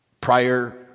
prior